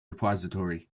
repository